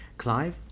Clive